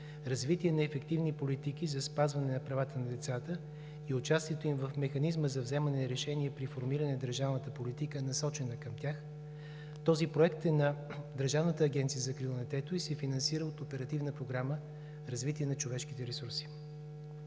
„Развитие на ефективни политики за спазване на правата на децата и участието им в механизма за вземане на решения при формиране на държавната политика, насочена към тях“. Този проект е на Държавната агенция за закрила на детето и се финансира от Оперативна програма „Развитие на човешките ресурси“.